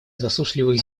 засушливых